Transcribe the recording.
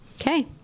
Okay